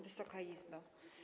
Wysoka Izbo!